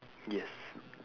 yes